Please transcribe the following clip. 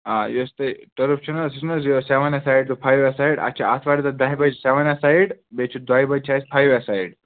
آ یُس تۄہہِ ٹٔرٕف چھُنہٕ حظ سُہ چھُنہٕ حظ یہِ seven a side to five a side اَسہِ چھِ اَتھ وارِ دۄہ دَہہِ بَجہِ سیٚوَن ایٚسایِڈ بیٚیہِ چھُ دۄیہِ بَجہِ چھِ اَسہِ فایو ایٚسایِڈ